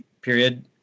period